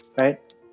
right